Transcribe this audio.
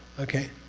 okay,